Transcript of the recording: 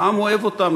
העם אוהב אותם,